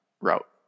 route